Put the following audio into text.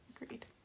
agreed